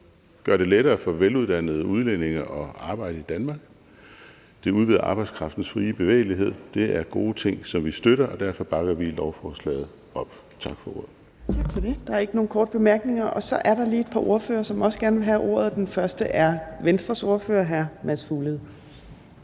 gør det lettere for veluddannede udlændinge at arbejde i Danmark, og det udvider arbejdskraftens frie bevægelighed. Det er gode ting, som vi støtter, og derfor bakker vi lovforslaget op. Tak for ordet. Kl. 14:33 Fjerde næstformand (Trine Torp): Tak for det. Der er ikke nogen korte bemærkninger. Så er der lige et par ordførere, som også gerne vil have ordet, og den første er Venstres ordfører, hr. Mads Fuglede.